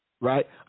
right